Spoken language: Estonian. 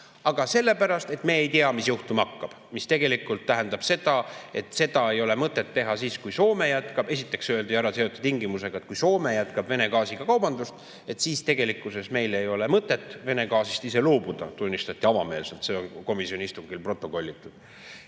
Aga sellepärast, et me ei tea, mis juhtuma hakkab. See tegelikult tähendab seda, et seda ei ole mõtet teha siis, kui Soome jätkab. Esiteks öeldi ära tingimus, et kui Soome jätkab Vene gaasiga kauplemist, siis tegelikult ei ole ka meil mõtet Vene gaasist loobuda. Seda tunnistati avameelselt, see on komisjoni istungil protokollitud. See